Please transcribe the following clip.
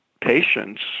patients